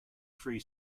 free